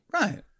Right